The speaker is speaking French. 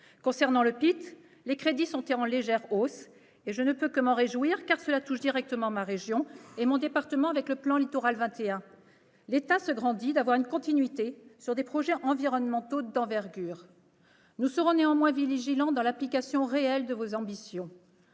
de l'État, le PITE, les crédits sont en légère hausse. Je ne peux que m'en réjouir, car cela touche directement ma région et mon département avec le plan Littoral 21. L'État se grandit d'avoir une continuité sur des projets environnementaux d'envergure. Nous serons néanmoins vigilants dans l'application réelle de vos ambitions.